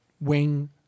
wing